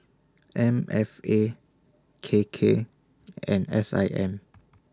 M F A K K and S I M